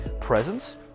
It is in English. presence